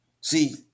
See